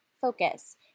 focus